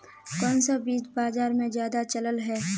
कोन सा बीज बाजार में ज्यादा चलल है?